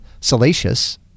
salacious